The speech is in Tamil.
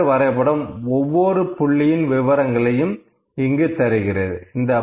விஸ்கர் வரைபடம் ஒவ்வொரு புள்ளியின் விவரங்களையும் இங்கு தருகிறது